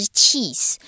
cheese，